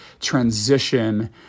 transition